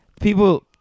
people